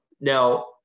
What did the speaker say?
Now